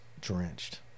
drenched